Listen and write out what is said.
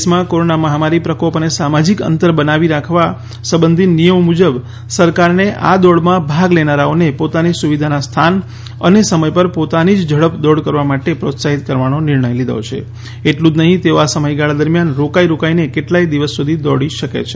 દેશમાં કોરોના મહામારી પ્રકોપ અને સામાજિક અંતર બનાવી રાખવા સંબંધી નિયમો મુજબ સરકારને આ દોડમાં ભાગ લેનારાઓને પોતાની સુવિધાના સ્થાન અને સમય પર પોતાની જ ઝડપથી દોડ કરવા માટે પ્રોત્સાહિત કરવાનો નિર્ણય લીધો છે એટલું જ નહીં તેઓ આ સમયગાળા દરમિયાન રોકાઈ રોકાઈને કેટલાય દિવસ સુધી દોડી શકે છે